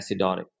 acidotic